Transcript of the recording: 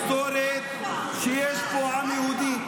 קיבלתי את ההתפתחות ההיסטורית שיש פה עם יהודי.